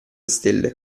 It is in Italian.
stelle